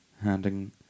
handing